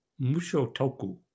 mushotoku